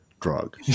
drug